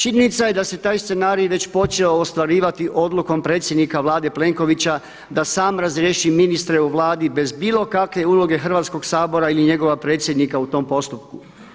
Činjenica je da se taj scenarij već počeo ostvarivati odlukom predsjednika Vlade Plenkovića da sam razriješi ministre u Vladi bez bilo kakve uloge Hrvatskog sabora ili njegovog predsjednika u tom postupku.